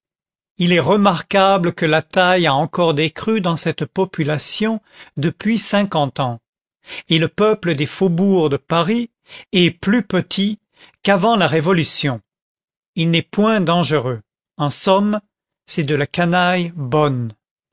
il est remarquable que la taille a encore décru dans cette population depuis cinquante ans et le peuple des faubourgs de paris est plus petit qu'avant la révolution il n'est point dangereux en somme c'est de la canaille bonne